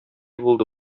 булды